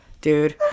dude